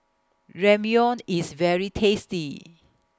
Ramyeon IS very tasty